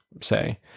say